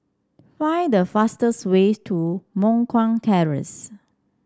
find the fastest way to Moh Guan Terrace